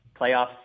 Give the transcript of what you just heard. playoffs